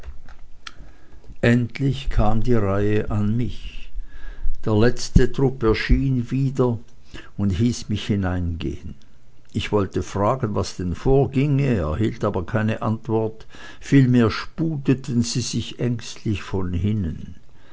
endlich kam die reihe an mich der letzte trupp erschien wieder und hieß mich hineingehen ich wollte fragen was denn vorginge erhielt aber keine antwort vielmehr sputeten sie sich ängstlich von hinnen